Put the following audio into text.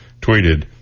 tweeted